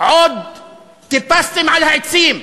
עוד טיפסתם על העצים.